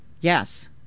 Yes